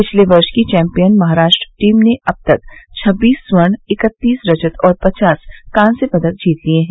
पिछले वर्ष की चैंपियन महाराष्ट्र की टीम ने अब तक छब्बीस स्वर्ण इकत्तीस रजत और पचास कास्य पदक जीत लिए है